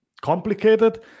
complicated